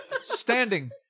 Standing